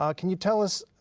um can you tell us